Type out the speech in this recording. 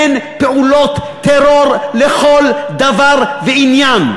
הן פעולות טרור לכל דבר ועניין.